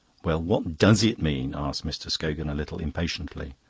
well, what does it mean? asked mr. scogan, a little impatiently.